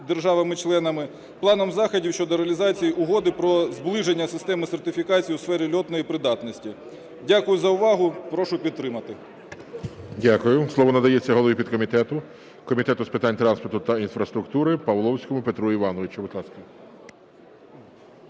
державами-членами, Планом заходів щодо реалізації Угоди про зближення системи сертифікації у сфері льотної придатності. Дякую за увагу. Прошу підтримати.